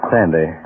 Sandy